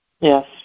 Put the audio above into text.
yes